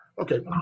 Okay